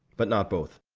but not both.